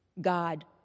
God